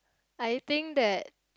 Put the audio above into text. I think that